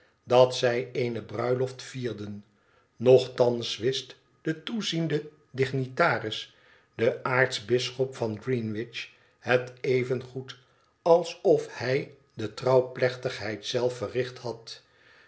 dat zij eene bruiloft vierden nochtans wist de toeziende dignitaris de aartsbisschop van greenwich het evengoed alsof hij de trouwplechtigheid zelf verricht had